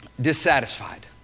dissatisfied